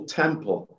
temple